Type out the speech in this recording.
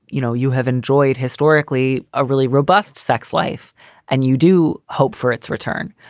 you know, you have enjoyed historically a really robust sex life and you do hope for its return.